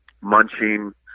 munching